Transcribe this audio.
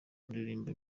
ndirimbo